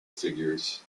figures